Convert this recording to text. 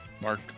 Mark